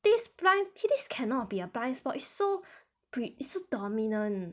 this blind this cannot be a blind spot it's so pre~ so dominant